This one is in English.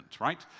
right